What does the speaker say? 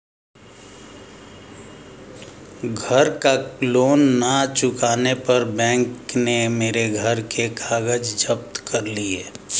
घर का लोन ना चुकाने पर बैंक ने मेरे घर के कागज जप्त कर लिए